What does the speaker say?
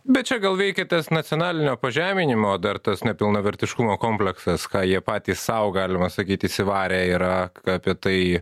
bet čia gal veikė tas nacionalinio pažeminimo dar tas nepilnavertiškumo kompleksas ką jie patys sau galima sakyt įsivarę yra apie tai